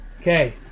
Okay